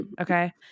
Okay